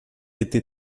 été